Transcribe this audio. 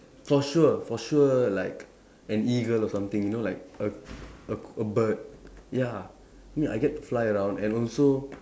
for sure for sure like an eagle or something you know like a a k a bird ya I mean I get to fly around and also